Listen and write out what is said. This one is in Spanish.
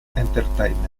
entertainment